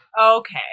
Okay